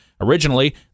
Originally